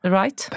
right